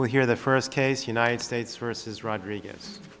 well here the first case united states sources rodriguez